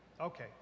Okay